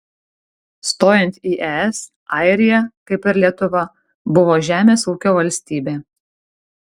stojant į es airija kaip ir lietuva buvo žemės ūkio valstybė